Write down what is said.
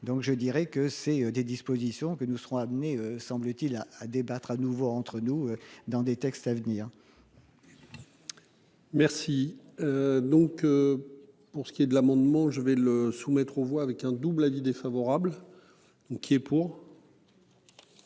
Donc je dirais que c'est des dispositions que nous serons amenés semble-t-il à à débattre à nouveau entre nous, dans des textes à venir. Merci. Donc. Pour ce qui est de l'amendement. Je vais le soumettre aux voix avec un double avis défavorable. Donc il est pour.